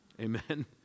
Amen